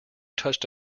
touched